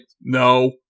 no